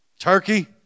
Turkey